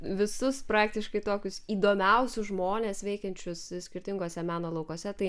visus praktiškai tokius įdomiausius žmones veikiančius skirtinguose meno laukuose tai